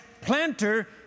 planter